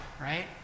right